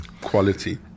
Quality